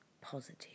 positive